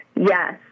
Yes